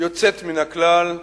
יוצאת מן הכלל,